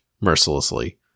mercilessly